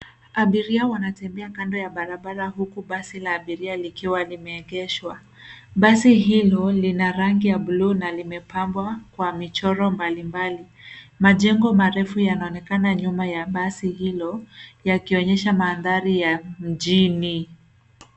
Abiria wanatembea kando ya barabara huku basi la abiria likiwa limeegeshwa. Basi hilo lina rangi ya bluu na limepambwa kwa michoro mbalimbali. Majengo marefu yanaonekana nyuma ya basi hilo yakionyesha mandhari ya mjini.